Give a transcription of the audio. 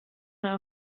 mal